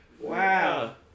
Wow